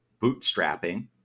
bootstrapping